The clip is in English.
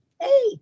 Hey